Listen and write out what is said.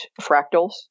fractals